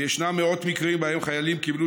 וישנם מאות מקרים שבהם חיילים קיבלו